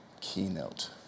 keynote